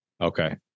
okay